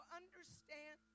understand